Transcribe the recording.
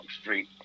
Street